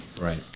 Right